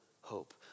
hope